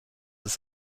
ist